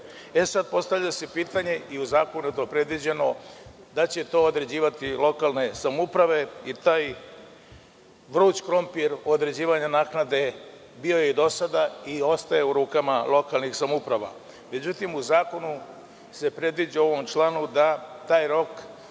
legalizuju. Postavlja se pitanje i u zakonu je to predviđeno da će to određivati lokalne samouprave i taj „vruć krompir“ određivanja naknade bio je do sada i ostaje u rukama lokalnih samouprava. Međutim, u zakonu se predviđa u ovom članu da taj rok